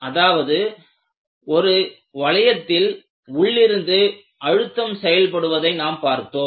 அதாவது ஒரு வளையத்தில் உள்ளிருந்து அழுத்தம் செயல்படுவதை நாம் பார்த்தோம்